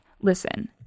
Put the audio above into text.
listen